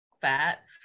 fat